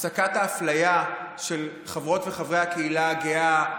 להפסקת האפליה של חברות וחברי הקהילה הגאה,